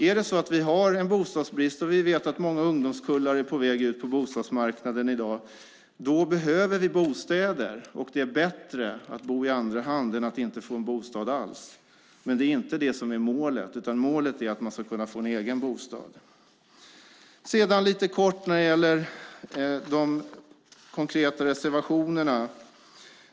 Är det så att vi har en bostadsbrist, och vi vet att många ungdomskullar är på väg ut på bostadsmarknaden i dag, behöver vi bostäder. Det är bättre att bo i andra hand än att inte få en bostad alls. Men det är inte det som är målet. Målet är att man ska kunna få en egen bostad. Sedan ska jag tala lite kort om de konkreta reservationerna.